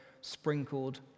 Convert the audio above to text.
sprinkled